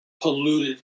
polluted